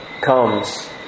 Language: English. comes